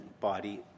body